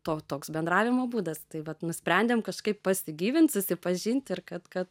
to toks bendravimo būdas tai vat nusprendėm kažkaip pasigyvint susipažint ir kad kad